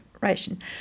ration